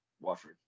Watford